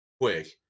quick